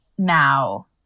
now